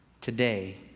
Today